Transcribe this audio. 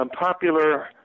popular